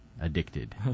addicted